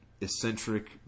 eccentric